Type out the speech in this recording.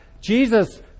Jesus